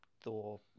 thor